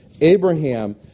Abraham